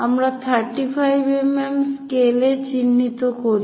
আমরা 35 mm স্কেলে চিহ্নিত করি